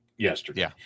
yesterday